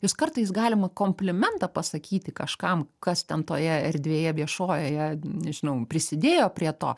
jūs kartais galima komplimentą pasakyti kažkam kas ten toje erdvėje viešojoje nežinau prisidėjo prie to